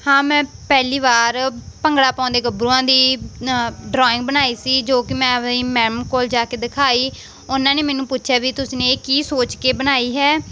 ਹਾਂ ਮੈਂ ਪਹਿਲੀ ਵਾਰ ਭੰਗੜਾ ਪਾਉਂਦੇ ਗੱਭਰੂਆਂ ਦੀ ਅ ਡਰਾਇੰਗ ਬਣਾਈ ਸੀ ਜੋ ਕਿ ਮੈਂ ਐਵੇਂ ਹੀ ਮੈਮ ਕੋਲ ਜਾ ਕੇ ਦਿਖਾਈ ਉਹਨਾਂ ਨੇ ਮੈਨੂੰ ਪੁੱਛਿਆ ਵੀ ਤੁਸੀਂ ਨੇ ਇਹ ਕੀ ਸੋਚ ਕੇ ਬਣਾਈ ਹੈ